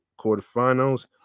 quarterfinals